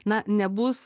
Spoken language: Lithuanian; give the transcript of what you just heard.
na nebus